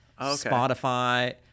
Spotify